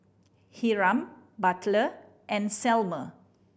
Hiram Butler and Selma